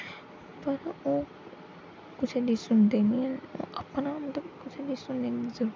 ओह् कुसै गी सुनदे निं हेन ओह् अपना मतलब कुसै गी सुनदे